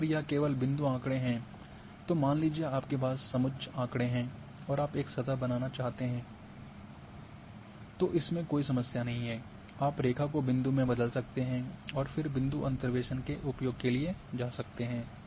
और अगर यह केवल बिंदु आँकड़े है तो मान लीजिये आपके पास समुच्च आँकड़े हैं और आप एक सतह बनाना चाहते हैं तो इसमें कोई समस्या नहीं है आप रेखा को बिंदु में बदल सकते हैं और फिर बिंदु अंतर्वेसन के उपयोग के लिए जा सकते हैं